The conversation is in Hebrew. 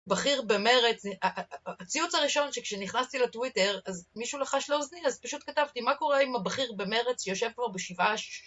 בכיר במרץ, הציוץ הראשון שכשנכנסתי לטוויטר אז מישהו לחש לאוזני, אז פשוט כתבתי מה קורה עם הבכיר במרץ שיושב פה בשבעה לשישי?